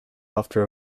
after